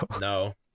No